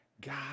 God